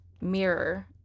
mirror